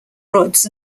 rods